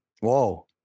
Whoa